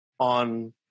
on